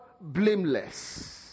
blameless